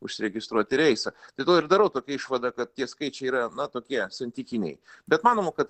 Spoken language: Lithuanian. užsiregistruot į reisą dėl to ir darau tokią išvadą kad tie skaičiai yra na tokie santykiniai bet manoma kad